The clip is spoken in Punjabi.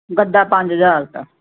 ਗੱਦਾ ਪੰਜ ਹਜ਼ਾਰ ਦਾ